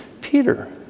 Peter